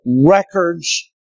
records